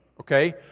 Okay